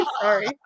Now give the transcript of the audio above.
sorry